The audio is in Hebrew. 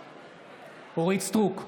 בעד אורית מלכה סטרוק,